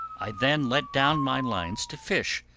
i then let down my lines to fish,